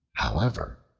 however,